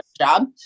job